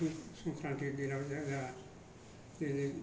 संक्रान्ति दिनाव जोङो